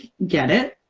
get it.